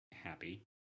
happy